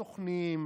סוכנים,